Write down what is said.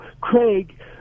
Craig